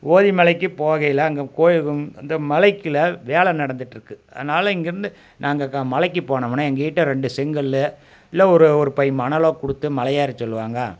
ஓதிமலைக்கு போகையில் அங்கே கோயில் இந்த மலைக் கீழே வேலை நடந்துகிட்ருக்கு அதனால் இங்கிருந்து நாங்கள் மலைக்கு போனமுன்னால் எங்கள் கிட்டே ரெண்டு செங்கல் இல்லை ஒரு ஒரு பை மணலாே கொடுத்து மலையேறச் சொல்லுவாங்க